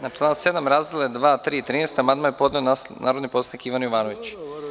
Na član 7. razdele 2, 3. i 13. amandman je podneo narodni poslanik Ivan Jovanović.